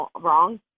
wrong